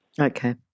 Okay